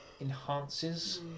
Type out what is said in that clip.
enhances